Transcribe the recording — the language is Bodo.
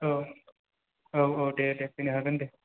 औ औ औ देह देह फैनो हागोन दे